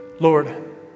Lord